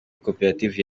koperative